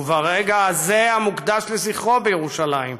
וברגע הזה המוקדש לזכרו בירושלים,